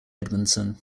edmondson